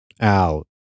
out